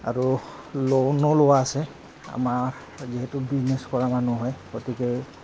আৰু লনো লোৱা আছে আমাৰ যিহেতু বিজনেছ কৰা মানুহ হয় গতিকে